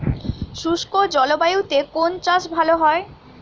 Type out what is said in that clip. শুষ্ক জলবায়ুতে কোন চাষ ভালো হয়?